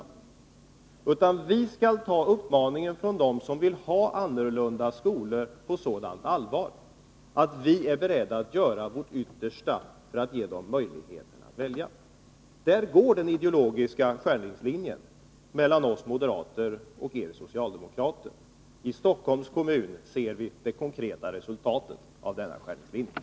Vi skall i stället ta uppmaningen från dem som vill ha annorlunda skolor på sådant allvar att vi är beredda att göra vårt yttersta för att säkerställa deras möjligheter att välja. Här går den ideologiska skiljelinjen mellan oss moderater och er socialdemokrater. I Stockholms kommun ser vi det konkreta resultatet av denna skiljelinje.